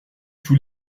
tous